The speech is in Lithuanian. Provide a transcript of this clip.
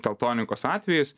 teltonikos atvejis